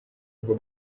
bwo